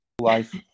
life